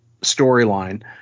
storyline